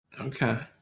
Okay